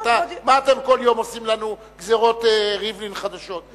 מה אתם כל יום עושים לנו גזירות ריבלין חדשות.